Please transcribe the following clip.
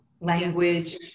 language